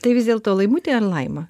tai vis dėlto laimutė laima